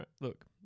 Look